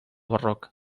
barroc